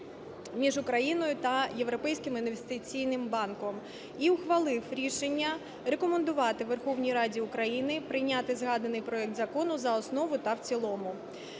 між Україною та Європейським інвестиційним банком і ухвалив рішення рекомендувати Верховній Раді України прийняти згаданий проект закону за основу та цілому.